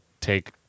take